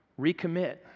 recommit